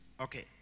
Okay